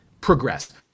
progress